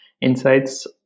insights